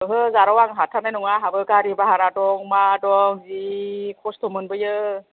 ओहो जारौ आं हाथारनाय नङा आहाबो गारि बारहा दं मा दं जि खस्थ' मोनबोयो